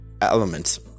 elements